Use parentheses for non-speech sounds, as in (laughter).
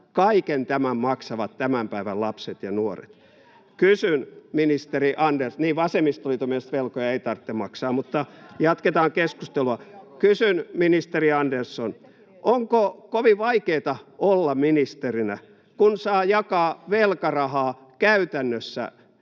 Kaiken tämän maksavat tämän päivän lapset ja nuoret. [Veronika Honkasalo: Eihän maksa!] Kysyn, ministeri Andersson... — Niin, vasemmistoliiton mielestä velkoja ei tarvitse maksaa. (noise) Mutta jatketaan keskustelua. — Kysyn, ministeri Andersson: Onko kovin vaikeata olla ministerinä, kun saa jakaa velkarahaa käytännössä